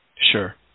Sure